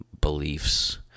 beliefs